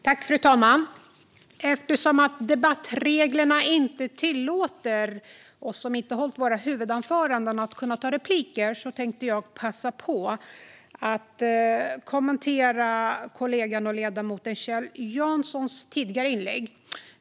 Fru talman! Eftersom debattreglerna inte tillåter att vi som inte har hållit våra huvudanföranden tar replik tänkte jag passa på att kommentera kollegan och ledamoten Kjell Janssons tidigare inlägg.